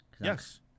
Yes